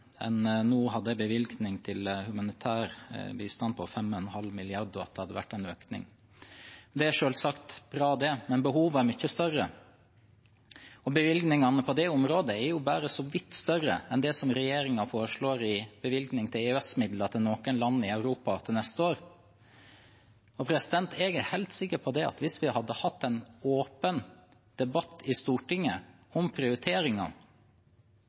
en bevilgning til humanitær bistand på 5,5 mrd. kr, og at det hadde vært en økning. Det er selvsagt bra, men behovet er mye større. Bevilgningene på det området er jo bare så vidt større enn det som regjeringen foreslår i bevilgning til EØS-midler til noen land i Europa til neste år. Jeg er helt sikker på at hvis vi hadde hatt en åpen debatt i Stortinget om